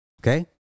Okay